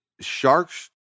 Sharks